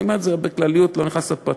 אני אומר את זה בכלליות, לא נכנס לפרטים.